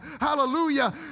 Hallelujah